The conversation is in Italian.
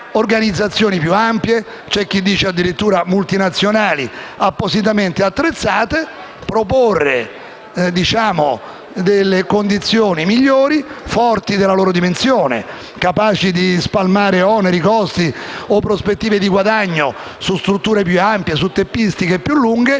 organizzazioni più ampie. C'è addirittura chi parla di multinazionali appositamente attrezzate per proporre condizioni migliori, forti della loro dimensione, capaci di spalmare oneri, costi o prospettive di guadagno su strutture più ampie e su tempistiche più lunghe.